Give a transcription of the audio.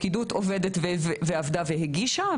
הפקידוּת עובדת ועבדה והגישה,